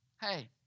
hey